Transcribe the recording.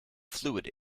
fluid